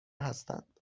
هستند